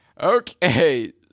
Okay